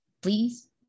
Please